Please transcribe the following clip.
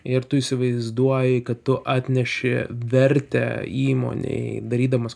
ir tu įsivaizduoji kad tu atneši vertę įmonei darydamas